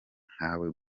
nkawe